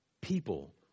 people